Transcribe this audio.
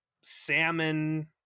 salmon